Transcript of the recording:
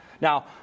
Now